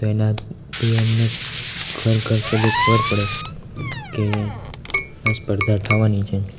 તો એનાથી અમને ઘર ઘર સુધી ખબર પડે કે આ સ્પર્ધા થવાની છે